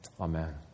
amen